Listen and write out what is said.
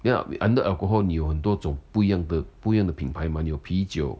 then under alcohol 你有很多种不一样的不一样的品牌吗你有啤酒